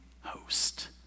host